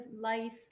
life